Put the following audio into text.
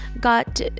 got